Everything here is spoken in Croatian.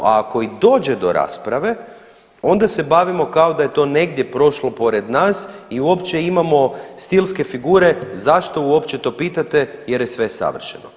A ako i dođe do rasprave onda se bavimo kao da je to negdje prošlo pored nas i uopće imamo stilske figure zašto uopće to pitate jer je sve savršeno.